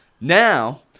Now